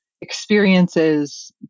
experiences